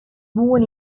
born